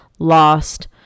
lost